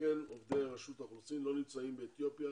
שכן עובדי רשות האוכלוסין לא נמצאים באתיופיה